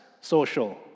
social